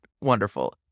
Wonderful